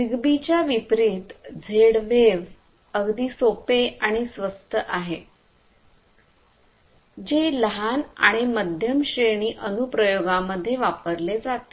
झिगबीच्या विपरीत Z wave अगदी सोपे आणि स्वस्त आहे जे लहान आणि मध्यम श्रेणी अनु प्रयोगांमध्ये वापरले जाते